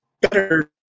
better